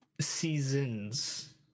seasons